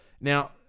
Now